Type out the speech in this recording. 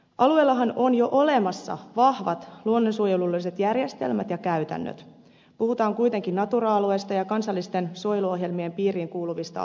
alueellahan on jo olemassa vahvat luonnonsuojelulliset järjestelmät ja käytännöt puhutaan kuitenkin natura alueesta ja kansallisten suojeluohjelmien piiriin kuuluvista alueista